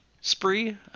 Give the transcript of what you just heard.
spree